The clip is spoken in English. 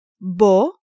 bo